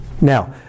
Now